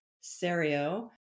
Serio